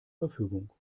verfügung